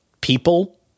people –